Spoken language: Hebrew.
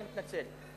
אני מתנצל.